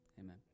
Amen